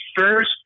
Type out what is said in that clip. first